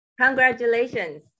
Congratulations